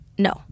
No